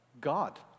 God